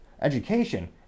education